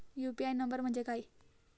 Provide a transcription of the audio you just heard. UPI number म्हणजे काय?